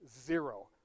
zero